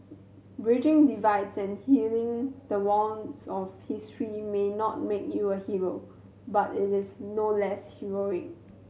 bridging divides and healing the wounds of history may not make you a Hero but it is no less heroic